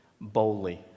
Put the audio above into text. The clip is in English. boldly